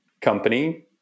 company